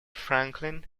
franklin